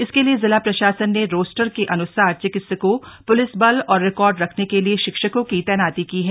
इसके लिए जिला प्रशासन ने रोस्टर के अन्सार चिकित्सकों पूलिस बल और रिकार्ड रखने के लिए शिक्षकों की तैनाती की है